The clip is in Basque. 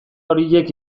horiek